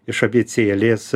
iš abėcėlės